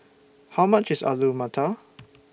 How much IS Alu Matar